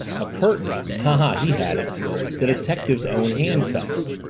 a curtain ah, he had it the detective's own handcuffs!